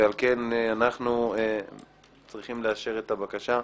על כן אנחנו צריכים לאשר את הבקשה.